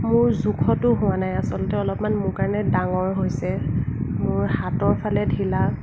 মোৰ জোখতো হোৱা নাই আচলতে অলপমান মোৰ কাৰণে ডাঙৰ হৈছে মোৰ হাতৰ ফালে ঢিলা